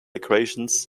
equations